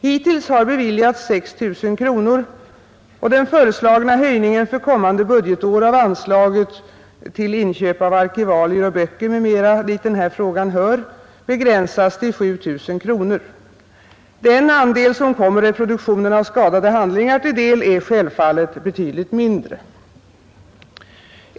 Hittills har beviljats 6 000 kronor, och den föreslagna höjningen för kommande budgetår av anslaget till Inköp av arkivalier och böcker m.m., dit den här frågan hör, begränsas till 7 000 kronor. Den andel som kommer reproduktionen av skadade handlingar till del är självfallet betydligt mindre.